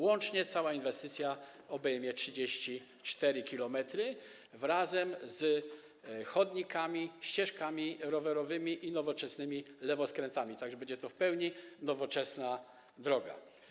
Łącznie cała inwestycja obejmie 34 km, wraz z chodnikami, ścieżkami rowerowymi i nowoczesnymi lewoskrętami, tak że będzie to w pełni nowoczesna droga.